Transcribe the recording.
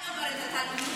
אבל אני אומרת, האלימות